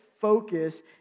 focus